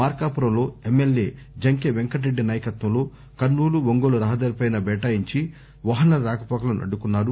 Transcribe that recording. మార్కాపురంలో MLA Junke Venkatareddy నాయకత్వంలో కర్నూలు ఒంగోలు రహదారిపై బైఠాయించి వాహనాల రాకపోకలను అడ్డుకున్నారు